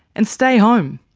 and stay home.